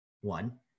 one